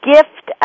Gift